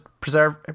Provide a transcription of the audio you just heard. preserve